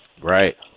Right